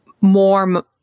more